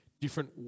different